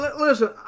Listen